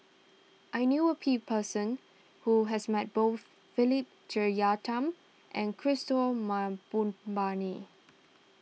I knew a people person who has met both Philip Jeyaretnam and Kishore Mahbubani